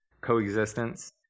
coexistence